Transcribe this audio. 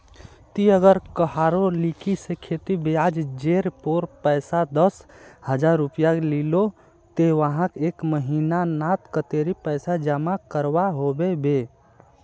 ती अगर कहारो लिकी से खेती ब्याज जेर पोर पैसा दस हजार रुपया लिलो ते वाहक एक महीना नात कतेरी पैसा जमा करवा होबे बे?